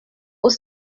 aux